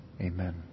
Amen